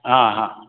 हाँ हाँ